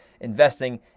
investing